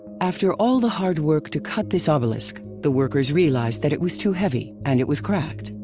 after all the hard work to cut this ah obelisk, the workers realized that it was too heavy, and it was cracked,